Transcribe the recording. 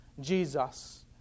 Jesus